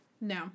No